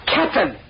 Captain